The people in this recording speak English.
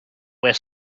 wear